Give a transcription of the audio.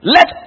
Let